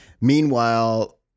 Meanwhile